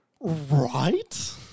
Right